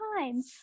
time